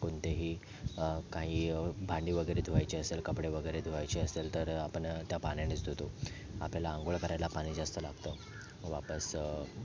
कोणतेही काही भांडी वगैरे धुवायचे असेल कपडे वगैरे धुवायचे असेल तर आपण त्या पाण्यानेच धुतो आपल्याला अंघोळ करायला पाणी जास्त लागतं वापस